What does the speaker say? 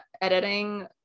editing